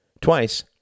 Twice